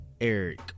Eric